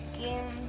game